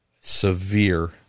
severe